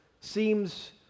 seems